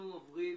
אנחנו עוברים